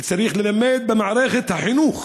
וצריך ללמד במערכת החינוך